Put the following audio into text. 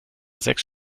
sechs